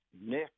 Nick